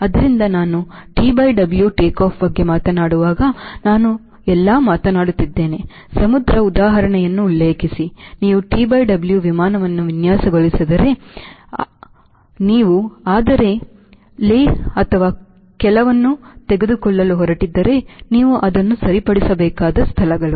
ಆದ್ದರಿಂದ ನಾನು T W take off ಬಗ್ಗೆ ಮಾತನಾಡುವಾಗ ನಾನು ಎಲ್ಲರೂ ಮಾತನಾಡುತ್ತಿದ್ದೇನೆ ಸಮುದ್ರ ಉದಾಹರಣೆಯನ್ನು ಉಲ್ಲೇಖಿಸಿ ನೀವು ಟಿ ಡಬ್ಲ್ಯೂ ವಿಮಾನವನ್ನು ವಿನ್ಯಾಸಗೊಳಿಸಿದರೆ ನೀವು ಆದರೆ ನೀವು ಲೇಹ್ ಅಥವಾ ಕೆಲವನ್ನು ತೆಗೆದುಕೊಳ್ಳಲು ಹೊರಟಿದ್ದೀರಿ ನೀವು ಅದನ್ನು ಸರಿಪಡಿಸಬೇಕಾದ ಸ್ಥಳಗಳು